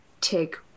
take